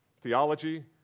theology